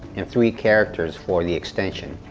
and three characters for the extension,